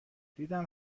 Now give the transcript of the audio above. دیدم